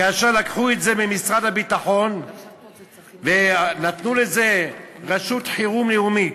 כאשר לקחו את זה ממשרד הביטחון ונתנו לרשות חירום לאומי,